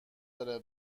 داره